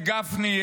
את גפני,